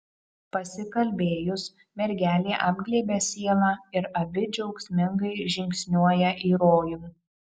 pasikalbėjus mergelė apglėbia sielą ir abi džiaugsmingai žingsniuoja į rojų